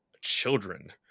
children